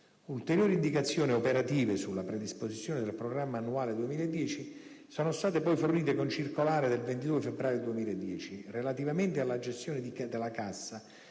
Ulteriori indicazioni operative sulla predisposizione del programma annuale 2010 sono state poi fornite con circolare del 22 febbraio 2010. Relativamente alla gestione della cassa,